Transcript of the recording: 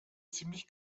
ziemlich